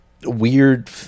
weird